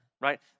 right